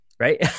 Right